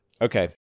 Okay